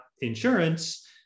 insurance